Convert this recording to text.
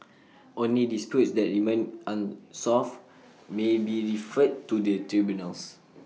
only disputes that remain unsolved may be referred to the tribunals